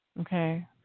Okay